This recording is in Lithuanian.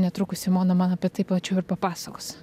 netrukus simona man apie tai plačiau ir papasakos